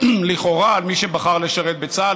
להקל לכאורה על מי שבחר לשרת בצה"ל,